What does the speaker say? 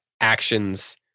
actions